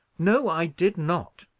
no, i did not,